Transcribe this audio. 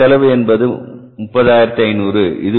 அதனுடைய செலவு என்பது 30500